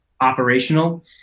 operational